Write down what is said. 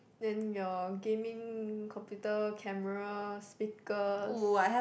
then your gaming computer camera speakers